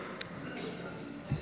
38)